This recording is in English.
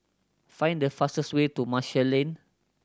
find the fastest way to Marshall Lane